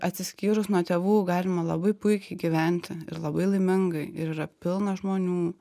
atsiskyrus nuo tėvų galima labai puikiai gyventi ir labai laimingai ir yra pilna žmonių